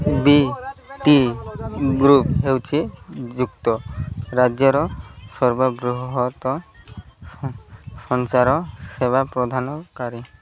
ବି T group ହେଉଛି ଯୁକ୍ତ ରାଜ୍ୟର ସର୍ବବୃହତ ସଞ୍ଚାର ସେବା ପ୍ରଦାନକାରୀ